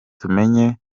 tumenye